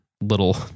little